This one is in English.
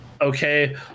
Okay